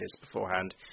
beforehand